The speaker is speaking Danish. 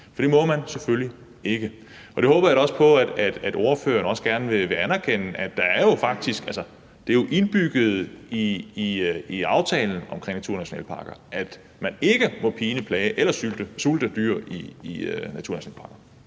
for det må selvfølgelig ikke ske. Og jeg håber da også, at ordføreren vil anerkende, at det jo er indbygget i aftalen omkring naturnationalparker, at man ikke må pine, plage eller sulte dyr i naturnationalparker.